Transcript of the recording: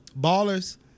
Ballers